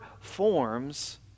forms